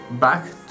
back